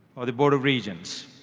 for the board of regents.